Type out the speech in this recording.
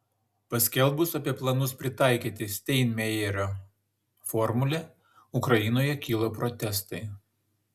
paskelbus apie planus pritaikyti steinmeierio formulę ukrainoje kilo protestai